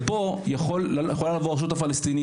פה יכולה לבוא הרשות הפלסטינית,